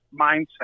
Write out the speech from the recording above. mindset